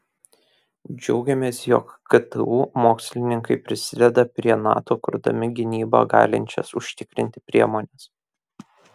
džiaugiamės jog ktu mokslininkai prisideda prie nato kurdami gynybą galinčias užtikrinti priemones